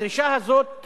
הדרישה הזאת באה,